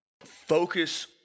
focus